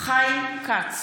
חיים כץ,